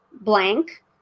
blank